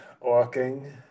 walking